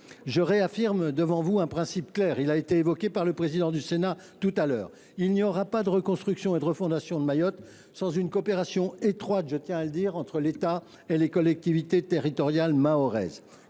Je réaffirme devant vous un principe clair, qui vient d’être mentionné par le président du Sénat : il n’y aura pas de reconstruction ni de refondation de Mayotte sans une coopération étroite, je tiens à le dire, entre l’État et les collectivités territoriales mahoraises.